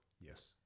Yes